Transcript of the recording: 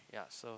ya so